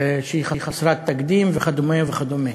שהיא חסרת תקדים וכדומה וכדומה,